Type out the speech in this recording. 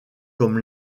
comme